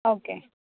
okay